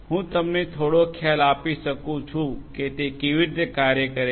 હું તમને થોડો ખ્યાલ આપી શકું છું કે તે કેવી રીતે કાર્ય કરે છે